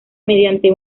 mediante